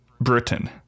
Britain